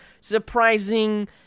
surprising